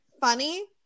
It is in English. funny